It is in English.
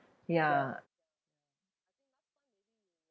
ya